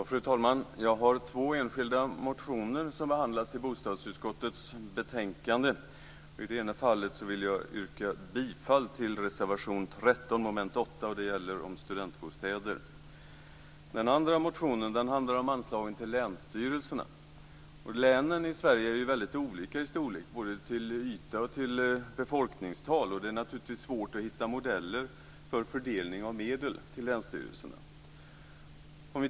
Fru talman! Jag har två enskilda motioner som behandlas i bostadsutskottets betänkande. I det ena fallet vill jag yrka bifall till reservation 13 under mom. 8 som gäller studentbostäder. Den andra motionen handlar om anslagen till länsstyrelserna. Länen i Sverige är väldigt olika i storlek, både till yta och till befolkningstal. Det är naturligtvis svårt att hitta modeller för fördelning av medel till länsstyrelserna.